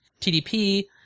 TDP